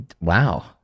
wow